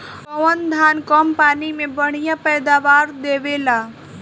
कौन धान कम पानी में बढ़या पैदावार देला?